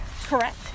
Correct